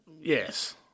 yes